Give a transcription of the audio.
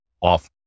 off